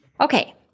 Okay